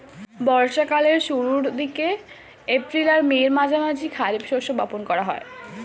বর্ষা কালের শুরুর দিকে, এপ্রিল আর মের মাঝামাঝি খারিফ শস্য বপন করা হয়